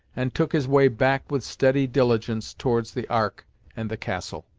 and took his way back with steady diligence towards the ark and the castle.